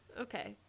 Okay